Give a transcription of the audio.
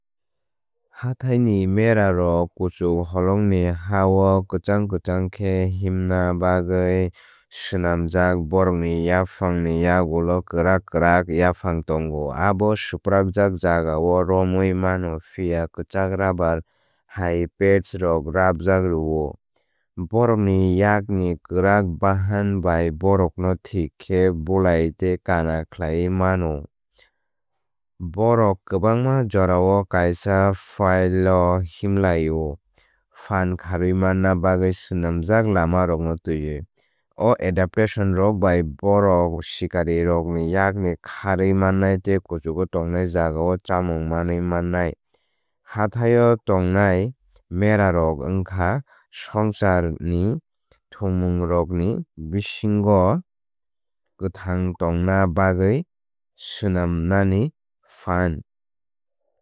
Hathai ni merarok kuchuk holongni hao kwchang kwchang khe himna bagwi swnamjak. Bórokni yaphangni yakgulo kwrak kwrak yaphang tongo. Abo swprakjak jagao romwi mano phiya kwchák rubber hai padsrok rabjak rwo. Bórokni yakni kwrak buhan bai bórokno thik khe bulai tei kana khlaiwi mano. Bórok kwbángma jorao kaisa fileo him laio phan kharwi manna bagwi swnamjak lamarokno tẃiwi. O adaptation rok bai bohrok sikari rokni yakni khárwi mannai tei kuchugo tongnai jagao chámung manwi mannai. Hathaio tongnai merarok wngkha swngcharni thwngmungrokni bisingo kwthang tongna bagwi swnamnani phan.